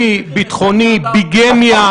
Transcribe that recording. כמה התחתנו עם אנשים מאיראן ומעיראק וביקשו